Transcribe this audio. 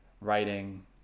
writing